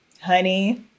honey